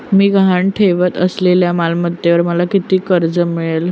मी गहाण ठेवत असलेल्या मालमत्तेवर मला किती कर्ज मिळेल?